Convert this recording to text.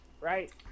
right